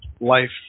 life